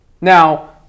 Now